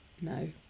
no